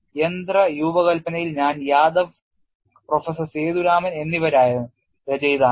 യന്ത്ര രൂപകൽപ്പനയിൽ ഞാൻ യാദവ് പ്രൊഫസർ സേതുരാമൻ എന്നിവരായിരുന്നു രചയിതാക്കൾ